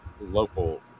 local